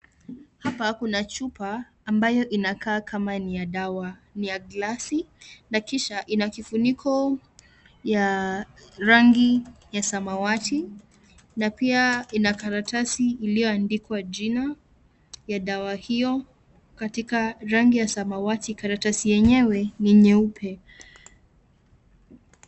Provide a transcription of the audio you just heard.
Hapa kuna chupa ambayo inakaa kama ni ya dawa, ni ya glasi na kisha ina kifuniko ya rangi ya samawati na pia ina karatasi iliyoandikwa jina ya dawa hiyo katika rangi ya samawati karatasi yenyewe ni nyeupe.